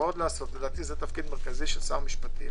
לדעתי זה תפקיד מרכזי של שר המשפטים